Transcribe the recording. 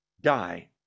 die